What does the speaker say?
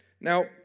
Now